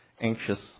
anxious